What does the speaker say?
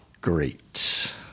great